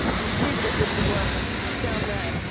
and she would have lived and worked down there.